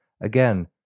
Again